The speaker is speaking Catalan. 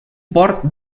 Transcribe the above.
port